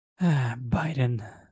Biden